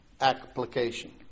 application